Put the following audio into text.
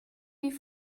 wie